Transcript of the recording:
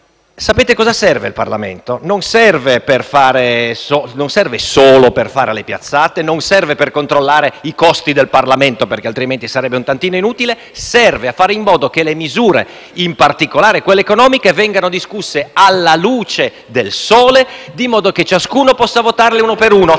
Sapete a cosa serve il Parlamento? Non serve solo per fare le piazzate, non serve per controllare i costi del Parlamento stesso (perché altrimenti sarebbe un tantino inutile), ma serve a fare in modo che le misure, in particolare quelle economiche, vengano discusse alla luce del sole, in modo che ciascuno possa votarle una per una.